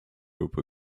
roper